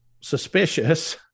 suspicious